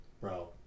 Bro